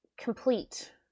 complete